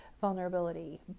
vulnerability